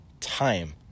time